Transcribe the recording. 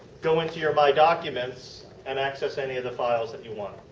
go into your my documents and access any of the files that you want.